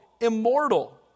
immortal